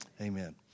Amen